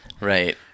right